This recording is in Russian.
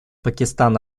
пакистан